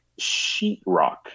sheetrock